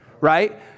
right